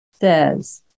says